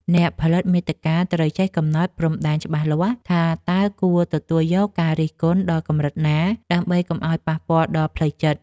អ្នកផលិតមាតិកាត្រូវចេះកំណត់ព្រំដែនច្បាស់លាស់ ថាតើគួរទទួលយកការរិះគន់ដល់កម្រិតណា ដើម្បីកុំឱ្យប៉ះពាល់ដល់ផ្លូវចិត្ត។